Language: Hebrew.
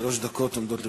שלוש דקות עומדות לרשותך.